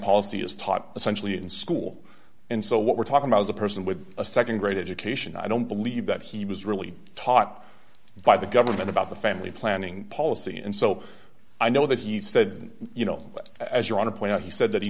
policy is taught essentially in school and so what we're talking about is a person with a nd grade education i don't believe that he was really taught by the government about the family planning policy and so i know that he said you know as you want to point out he said that he